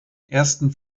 ersten